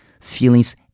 feelings